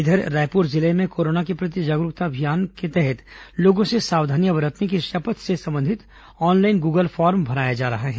वहीं रायपुर जिले में कोरोना के प्रति जागरूकता अभियान के तहत लोगों से सावधानियां बरतने की शपथ से संबंधित ऑनलाइन गूगल फॉर्म भरवाया जा रहा है